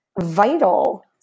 vital